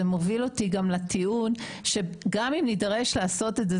זה מוביל אותי גם לטיעון שגם אם נידרש לעשות את זה